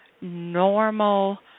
normal